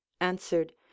answered